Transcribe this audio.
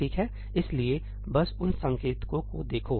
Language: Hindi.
ठीक है इसलिए बस उन संकेतकों को देखो